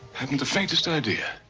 haven't the faintest idea.